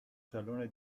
salone